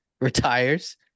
retires